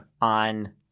on –